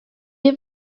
you